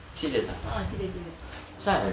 serious ah asal